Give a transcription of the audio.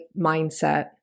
mindset